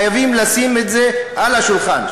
חייבים לשים את זה על השולחן,